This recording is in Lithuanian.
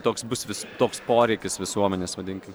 toks bus vis toks poreikis visuomenės vadinkim